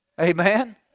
Amen